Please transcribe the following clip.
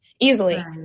easily